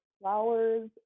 flowers